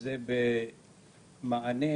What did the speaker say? זה במענה